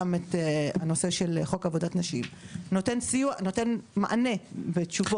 את הנושא של חוק עבודת נשים נותן מענה לתשובות.